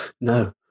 No